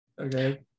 okay